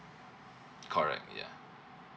correct yeah